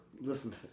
listen